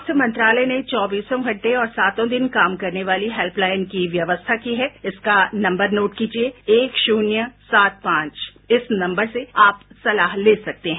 स्वास्थ्य मंत्रालय ने चौबीसों घंटे और सातों दिन काम करने वाली हेल्पलाइन की व्यवस्था की है इसका नंबर नोट कीजिए एक शून्य सात पांच इस नंबर से आप सलाह ले सकते हैं